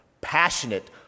passionate